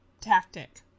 tactic